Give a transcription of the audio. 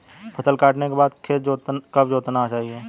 फसल काटने के बाद खेत कब जोतना चाहिये?